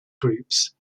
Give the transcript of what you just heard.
groups